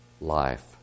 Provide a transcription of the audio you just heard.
life